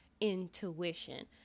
intuition